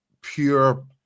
pure